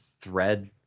thread